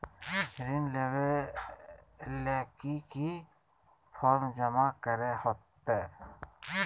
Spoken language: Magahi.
ऋण लेबे ले की की फॉर्म जमा करे होते?